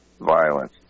violence